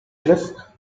cliff